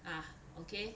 ah okay